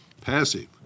passive